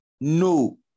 no